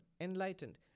enlightened